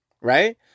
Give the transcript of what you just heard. right